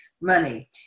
money